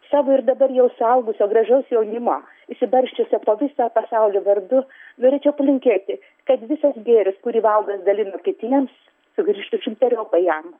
savo ir dabar jau suaugusio gražaus jaunimo išsibarsčiusio po visą pasaulį vardu norėčiau palinkėti kad visas gėris kurį valdas dalino kitiems sugrįžtų šimteriopai jam